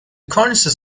cornices